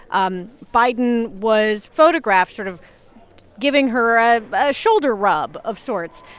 um biden was photographed sort of giving her a ah shoulder rub of sorts.